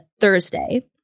Thursday